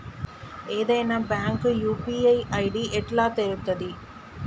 ఏదైనా bank UPI ID ఎట్లా తెలుత్తది?